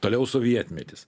toliau sovietmetis